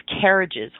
carriages